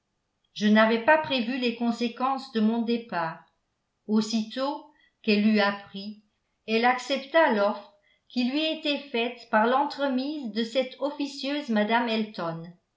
je n'avais pas prévu les conséquences de mon départ aussitôt qu'elle l'eut appris elle accepta l'offre qui lui était faite par l'entremise de cette officieuse mme elton